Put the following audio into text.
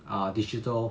ah digital